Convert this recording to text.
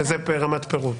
זה ברמת הפירוט.